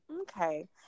Okay